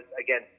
again